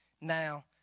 now